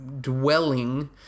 dwelling